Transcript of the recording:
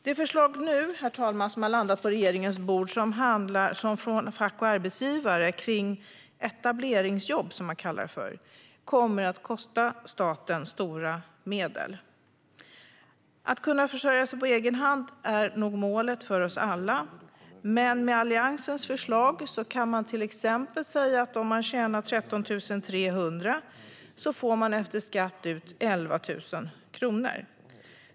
Herr talman! De förslag som nu landat på regeringens bord från fack och arbetsgivare om etableringsjobb, som man kallar det för, kommer att kosta staten stora medel. Att kunna försörja sig på egen hand är nog målet för oss alla. Med Alliansens förslag får till exempel den som tjänar 13 300 efter skatt ut 11 000 kronor.